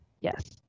Yes